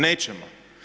Nećemo.